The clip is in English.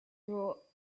rule